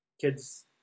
kids